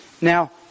Now